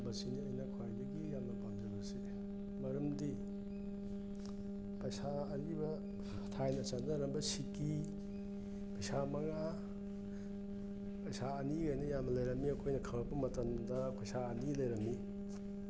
ꯊꯝꯕꯁꯤꯅꯤ ꯑꯩꯅ ꯈ꯭ꯋꯥꯏꯗꯒꯤ ꯌꯥꯝꯅ ꯄꯥꯝꯖꯕꯁꯦ ꯃꯔꯝꯗꯤ ꯄꯩꯁꯥ ꯑꯔꯤꯕ ꯊꯥꯏꯅ ꯆꯠꯅꯔꯝꯕ ꯁꯤꯀꯤ ꯄꯩꯁꯥ ꯃꯉꯥ ꯄꯩꯁꯥ ꯑꯅꯤ ꯀꯥꯏꯅ ꯌꯥꯝꯅ ꯂꯩꯔꯝꯃꯤ ꯑꯩꯈꯣꯏꯅ ꯈꯪꯂꯛꯄ ꯃꯇꯝꯗ ꯄꯩꯁꯥ ꯑꯅꯤ ꯂꯩꯔꯝꯃꯤ